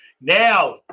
Now